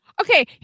Okay